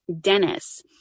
Dennis